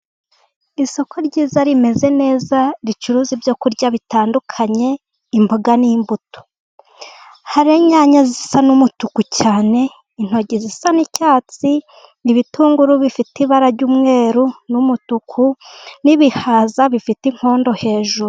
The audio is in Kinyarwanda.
Isoko ryiza rimeze, ricuruza ibyo kurya bitandukanye ,imboga n'imbuto ,hari inyanya zisa n'umutuku intoryi zisa n'icyatsi, n'ibitunguru bifite ibara ry'umweru n'umutuku, n'ibihaza bifite inkondo hejuru.